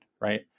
right